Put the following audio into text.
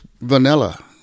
vanilla